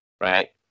right